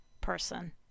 person